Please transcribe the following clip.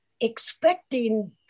expecting